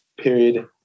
period